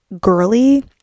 girly